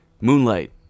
Moonlight